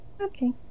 Okay